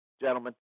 gentlemen